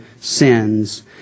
sins